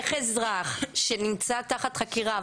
איך אזרח שנמצא תחת חקירה,